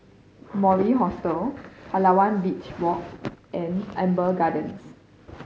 Mori Hostel Palawan Beach Walk and Amber Gardens